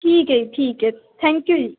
ਠੀਕ ਹੈ ਠੀਕ ਹੈ ਥੈਂਕ ਯੂ ਜੀ